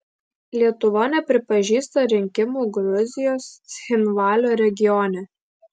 lietuva nepripažįsta rinkimų gruzijos cchinvalio regione